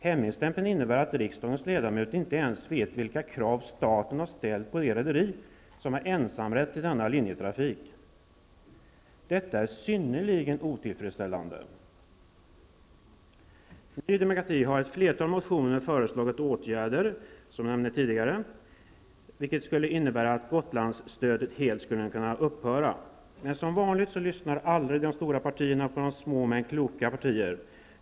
Hemligstämplingen innebär att riksdagens ledamöter inte ens vet vilka krav staten har ställt på det rederi som har ensamrätt till denna linjetrafik. Detta är synnerligen otillfredsställande. Ny demokrati har i ett flertal motioner föreslagit åtgärder, som jag nämnde tidigare, som innebär att Gotlandsstödet helt skulle kunna upphöra, men som vanligt lyssnar aldrig de stora partierna på de små, men kloka partierna.